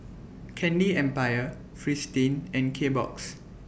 Candy Empire Fristine and Kbox